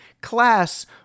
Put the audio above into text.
class